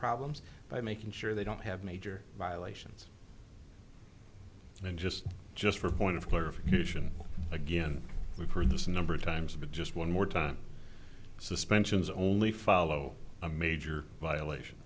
problems by making sure they don't have major violations and just just for a point of clarification again we've heard this a number of times but just one more time suspensions only follow a major violation